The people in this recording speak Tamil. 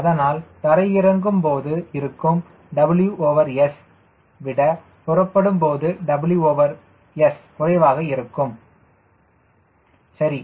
அதனால் தரையிறங்கும் போது இருக்கும் WS விட புறப்படும் WS குறைவாக இருக்கும் சரி